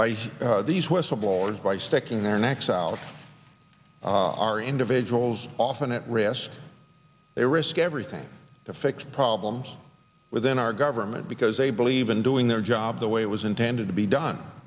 by these whistleblowers by sticking their necks out are individuals often at risk they risk everything to fix problems within our government because they believe in doing their job the way it was intended to be done